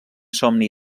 somni